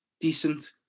decent